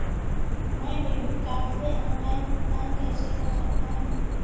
मैं debit card से online भुगतान कैसे कर सकता हूँ?